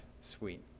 suite